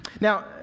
Now